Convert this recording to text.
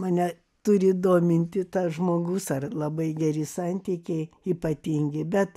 mane turi dominti tas žmogus ar labai geri santykiai ypatingi bet